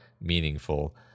meaningful